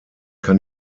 kann